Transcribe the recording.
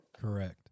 Correct